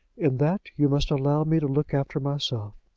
in that you must allow me to look after myself.